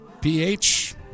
PH